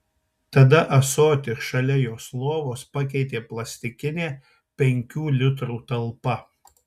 tada ąsotį šalia jos lovos pakeitė plastikinė penkių litrų talpa